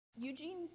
Eugene